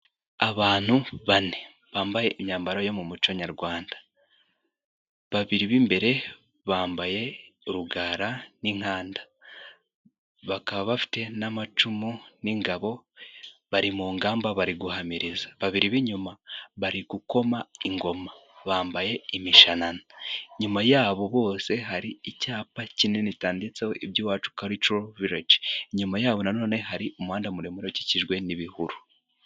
Abantu bane bambaye imyambaro yo mu muco nyarwanda, babiri b'imbere bambaye urugara n'inkanda, bakaba bafite n'amacumu n'ingabo, bari mu ngamba bari guhamiriza, babiri b'inyuma bari gukoma ingoma, bambaye imishanana, nyuma yabo bose hari icyapa kinini, cyanditseho iby'iwacu karico vileji, inyuma yabo na none, hari umuhanda muremure ukikijwe n'ibihuru.